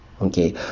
okay